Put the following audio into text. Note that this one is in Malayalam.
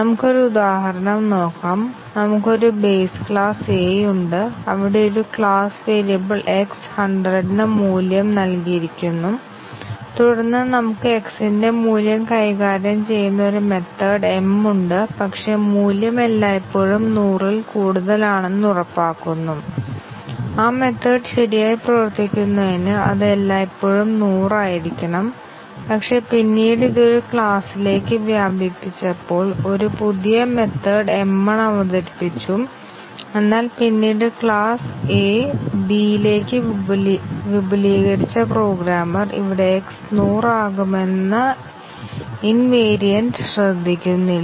നമുക്ക് ഒരു ഉദാഹരണം നോക്കാം നമുക്ക് ഒരു ബേസ് ക്ലാസ് A ഉണ്ട് അവിടെ ഒരു ക്ലാസ് വേരിയബിൾ x 100 ന് മൂല്യം നൽകിയിരിക്കുന്നു തുടർന്ന് നമുക്ക് x ന്റെ മൂല്യം കൈകാര്യം ചെയ്യുന്ന ഒരു മെത്തേഡ് m ഉണ്ട് പക്ഷേ മൂല്യം എല്ലായ്പ്പോഴും 100 ൽ കൂടുതലാണെന്ന് ഉറപ്പാക്കുന്നു ആ മെത്തേഡ് ശരിയായി പ്രവർത്തിക്കുന്നതിന് അത് എല്ലായ്പ്പോഴും 100 ആയിരിക്കണം പക്ഷേ പിന്നീട് ഇത് ഒരു ക്ലാസിലേക്ക് വ്യാപിപ്പിച്ചപ്പോൾ ഒരു പുതിയ മെത്തേഡ് m1 അവതരിപ്പിച്ചു എന്നാൽ പിന്നീട് ക്ലാസ് A B ലേക്ക് വിപുലീകരിച്ച പ്രോഗ്രാമർ ഇവിടെ x 100 ആകുമെന്ന ഇൻവേറിയന്റ് ശ്രദ്ധിക്കുന്നില്ല